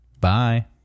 Bye